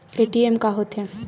ATM का होथे?